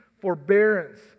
forbearance